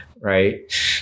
right